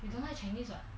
they don't like chinese [what]